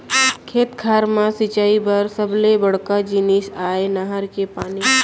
खेत खार म सिंचई बर सबले बड़का जिनिस आय नहर के पानी